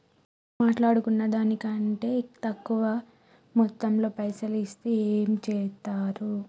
మాట్లాడుకున్న దాని కంటే తక్కువ మొత్తంలో పైసలు ఇస్తే ఏం చేత్తరు?